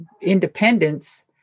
independence